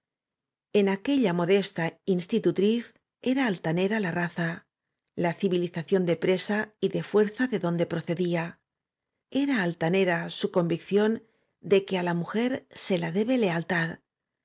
s t a institutriz era altanera la raza la civilización de presa y de fuerza de donde procedía era altanera s u c o n v i c c i ó n de que á la mujer se la debe lealtad